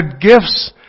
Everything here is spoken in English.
gifts